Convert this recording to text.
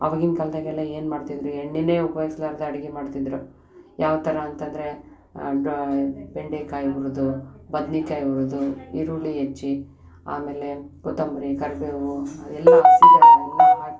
ಅವಾಗಿನ ಕಾಲದಾಗೆಲ್ಲ ಏನು ಮಾಡ್ತಿದ್ದರು ಎಣ್ಣೆನೇ ಉಪಯೋಗ್ಸ್ಲಾರ್ದೆ ಅಡುಗೆ ಮಾಡ್ತಿದ್ದರು ಯಾವ ಥರ ಅಂತಂದರೆ ಬೆಂಡೆಕಾಯಿ ಹುರ್ದು ಬದ್ನೆಕಾಯ್ ಹುರ್ದು ಈರುಳ್ಳಿ ಹೆಚ್ಚಿ ಆಮೇಲೆ ಕೊತ್ತಂಬ್ಬರಿ ಕರಿಬೇವು ಅದೆಲ್ಲ ಅದೆಲ್ಲ ಹಾಕಿ